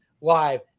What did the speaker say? live